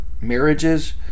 marriages